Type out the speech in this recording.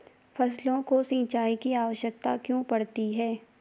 फसलों को सिंचाई की आवश्यकता क्यों पड़ती है?